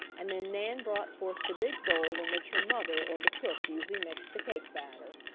and then nan brought forth the big bowl in which her mother or the cook usually mixed the cake batter.